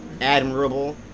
admirable